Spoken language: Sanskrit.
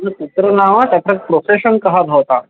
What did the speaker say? कुत्र नाम तत्र प्रोफेषन् कः भवतां